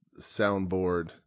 soundboard